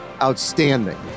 outstanding